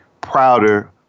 prouder